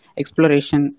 exploration